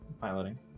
piloting